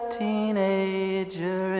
teenager